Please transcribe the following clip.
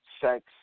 sex